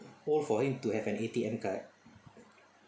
poor for him to have an A_T_M card